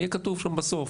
יהיה כתוב שם בסוף,